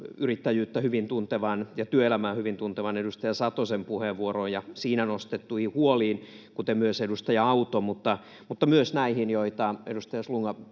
yrittäjyyttä hyvin tuntevan ja työelämää hyvin tuntevan edustajan Satosen puheenvuoroon ja siinä nostettuihin huoliin, kuten myös edustaja Auton, mutta myös näihin, joita edustaja